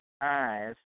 eyes